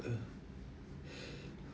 uh